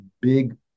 big